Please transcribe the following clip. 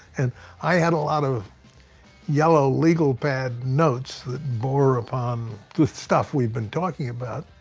and i had a lot of yellow, legal pad notes that bore upon the stuff we've been talking about.